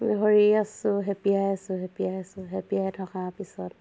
ধৰি আছোঁ খেপিয়াই আছোঁ খেপিয়াই আছো খেপিয়াই থকা পিছত